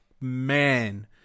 man